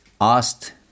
asked